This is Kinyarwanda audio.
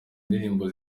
ndirimbo